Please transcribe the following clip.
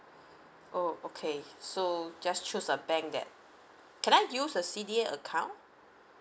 oh okay so just choose a bank that can I use the C_D_A account